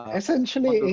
essentially